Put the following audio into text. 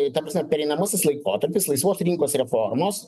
ta prasme pereinamasis laikotarpis laisvos rinkos reformos